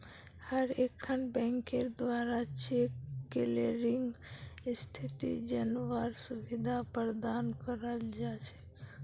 हर एकखन बैंकेर द्वारा चेक क्लियरिंग स्थिति जनवार सुविधा प्रदान कराल जा छेक